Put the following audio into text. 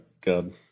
God